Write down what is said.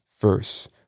first